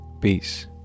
Peace